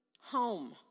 home